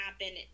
happen